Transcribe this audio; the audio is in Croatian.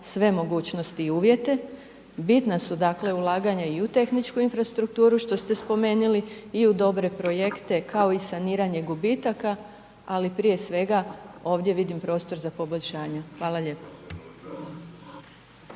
sve mogućnosti i uvjete, bitna su, dakle ulaganja i u tehničku infrastrukturu što ste spomenili i u dobre projekte, kao i saniranje gubitaka, ali prije svega ovdje vidim prostor za poboljšanje. Hvala lijepo.